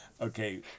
Okay